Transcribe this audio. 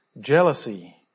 jealousy